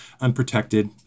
unprotected